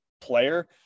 player